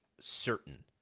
certain